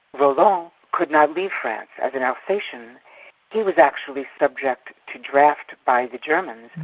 roland um could not leave france. as an alsatian he was actually subject to draft by the germans,